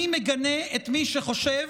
אני מגנה את מי שחושב